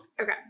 Okay